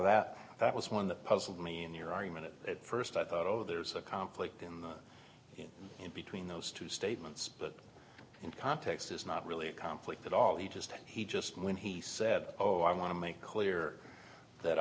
that that was one that puzzled me in your argument it at first i thought oh there's a conflict in between those two statements but in context it's not really a conflict at all he just he just when he said oh i want to make clear that